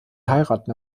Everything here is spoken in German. heiraten